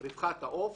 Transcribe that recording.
רווחת העוף,